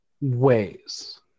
ways